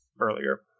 earlier